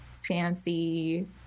fancy